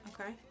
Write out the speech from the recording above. Okay